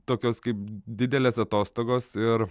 tokios kaip didelės atostogos ir